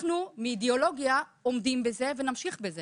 אנחנו מאידיאולוגיה עומדים בזה ונמשיך בזה